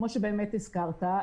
כמו שבאמת הזכרת,